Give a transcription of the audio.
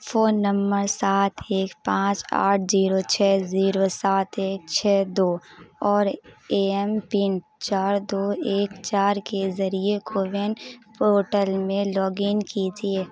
phone number سات ایک پانچ آٹھ زیرو چھ زیرو سات ایک چھ دو اور اے ایم پن چار دو ایک چار کے ذریعے کوون پورٹل میں لاگ ان کیجیے